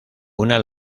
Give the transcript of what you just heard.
una